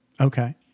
Okay